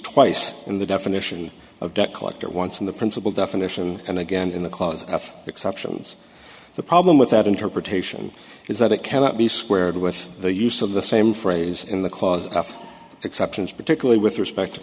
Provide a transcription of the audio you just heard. twice in the definition of debt collector once in the principle definition and again in the clause f exceptions the problem with that interpretation is that it cannot be squared with the use of the same phrase in the clause after exceptions particularly with respect to